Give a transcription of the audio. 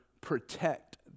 protect